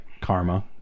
Karma